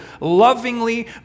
lovingly